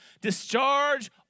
Discharge